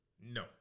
No